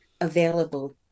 available